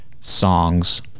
songs